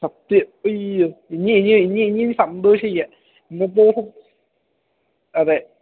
സത്യം അയ്യോ ഇനി ഇനി ഇനി ഇനി സന്തോഷിക്കാം ഇന്നത്തെ ദിവസം അതെ